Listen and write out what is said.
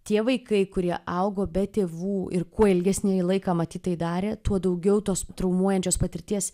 tie vaikai kurie augo be tėvų ir kuo ilgesnį jie laiką matyt darė tuo daugiau tos traumuojančios patirties